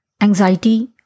anxiety